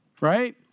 right